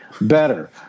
better